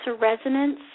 resonance